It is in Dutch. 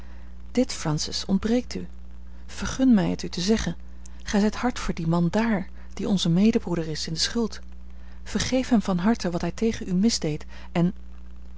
dit francis ontbreekt u vergun mij het u te zeggen gij zijt hard voor dien man dààr die onze medebroeder is in de schuld vergeef hem van harte wat hij tegen u misdeed en